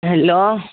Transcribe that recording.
hello